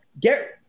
get